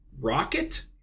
Rocket